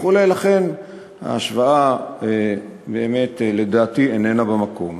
לכן ההשוואה, לדעתי, איננה במקום.